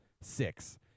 Six